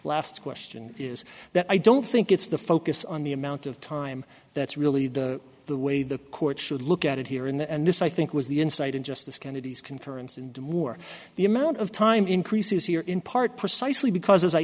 last question is that i don't think it's the focus on the amount of time that's really the way the court should look at it here and this i think was the insight in justice kennedy's concurrence in war the amount of time increases here in part precisely because as i